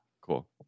Cool